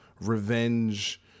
revenge